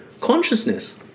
consciousness